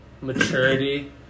maturity